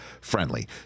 friendly